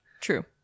True